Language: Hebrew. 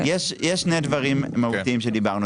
יש שני דברים מהותיים שדיברנו,